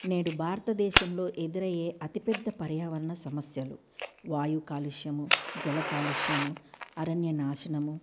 నేడు భారతదేశంలో ఎదురయ్యే అతి పెద్ద పర్యావరణ సమస్యలు వాయు కాలుష్యము జల కాలుష్యము అరణ్య నాశనము